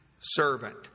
servant